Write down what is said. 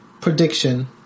Prediction